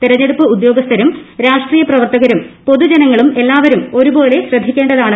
തെരഞ്ഞെടുപ്പ് ഉദ്യോഗസ്ഥരും രാഷ്ട്രീയ പ്രവർത്തകരും പൊതുജനങ്ങളും എല്ലാവരും ഒരുപോലെ ശ്രദ്ധിക്കേണ്ടതാണ്